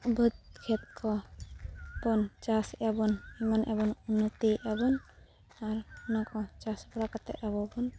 ᱵᱟᱹᱫᱽ ᱠᱷᱮᱛ ᱠᱚᱵᱚᱱ ᱪᱟᱥ ᱮᱫᱟᱵᱚᱱ ᱮᱢᱟᱱ ᱮᱫᱟᱵᱚᱱ ᱩᱱᱱᱚᱛᱤᱭᱮᱫᱟᱵᱚᱱ ᱟᱨ ᱪᱟᱥ ᱵᱟᱲᱟ ᱠᱟᱛᱮᱫ ᱟᱵᱚᱵᱚᱱ